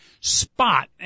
spot